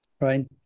right